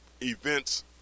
events